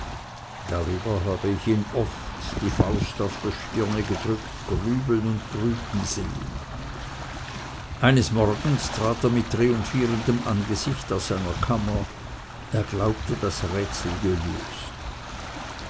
darüber habe ich ihn oft die faust auf die stirne gedrückt grübeln und brüten sehen eines morgens trat er mit triumphierendem angesicht aus seiner kammer er glaubte das rätsel gelöst